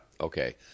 okay